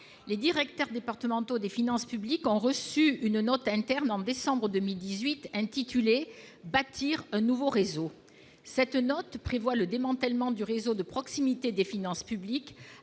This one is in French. les directeurs départementaux des finances publiques ont reçu, en décembre 2018, une note interne intitulée « Bâtir un nouveau réseau ». Cette note prévoit le démantèlement du réseau de proximité des finances publiques,